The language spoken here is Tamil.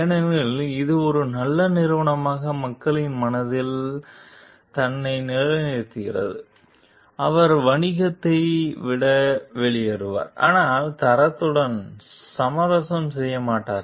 ஏனெனில் இது ஒரு நல்ல நிறுவனமாக மக்களின் மனதில் தன்னை நிலைநிறுத்துகிறது அவர் வணிகத்தை விட்டு வெளியேறுவார் ஆனால் தரத்துடன் சமரசம் செய்ய மாட்டார்